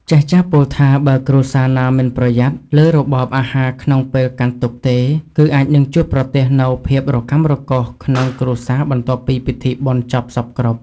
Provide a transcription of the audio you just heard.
ចាស់ៗពោលថាបើគ្រួសារណាមិនប្រយ័ត្នលើរបបអាហារក្នុងពេលកាន់ទុក្ខទេ គឺអាចនឹងជួបប្រទះនូវភាពរកាំរកូសក្នុងគ្រួសារបន្ទាប់ពីពិធីបុណ្យចប់សព្វគ្រប់។